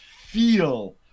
feel